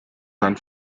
san